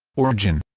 origin